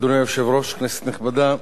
אדוני היושב-ראש, כנסת נכבדה,